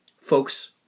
Folks